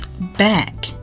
back